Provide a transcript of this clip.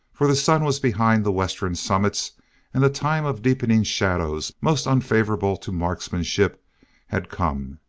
for the sun was behind the western summits and the time of deepening shadows most unfavorable to marksmanship had come.